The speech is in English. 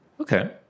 Okay